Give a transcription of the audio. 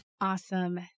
Awesome